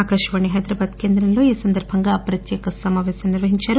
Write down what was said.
ఆకాశవాణి హైదరాబాద్ కేంద్రంలో ఈ సందర్బంగా ప్రత్యేక సమాపేశం నిర్వహిందారు